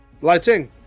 Lighting